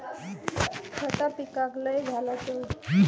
खता पिकाक लय झाला तर?